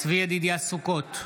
צבי ידידיה סוכות,